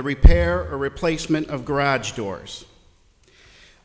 the repair or replacement of garage doors